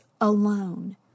alone